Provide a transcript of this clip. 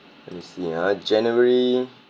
let me see ah january